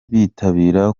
bitabira